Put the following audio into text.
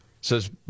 says